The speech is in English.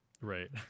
Right